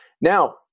now